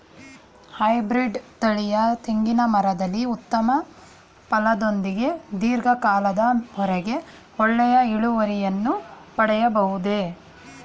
Hybrid ತಳಿಯ ತೆಂಗಿನ ಮರದಲ್ಲಿ ಉತ್ತಮ ಫಲದೊಂದಿಗೆ ಧೀರ್ಘ ಕಾಲದ ವರೆಗೆ ಒಳ್ಳೆಯ ಇಳುವರಿಯನ್ನು ಪಡೆಯಬಹುದೇ?